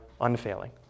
unfailing